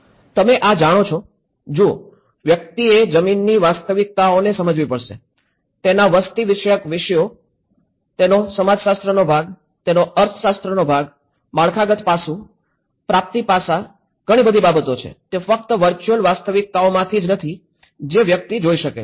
તમે આ જાણો છો જુઓ વ્યક્તિએ જમીનની વાસ્તવિકતાઓને સમજવી પડશે તેના વસ્તી વિષયક વિષયો તેનો સમાજશાસ્ત્રનો ભાગ તેનો અર્થશાસ્ત્રનો ભાગ માળખાગત પાસુ પ્રાપ્તિ પાસા ઘણી બધી બાબતો છે તે ફક્ત વર્ચુઅલ વાસ્તવિકતામાંથી જ નથી જે વ્યક્તિ જોઈ શકે છે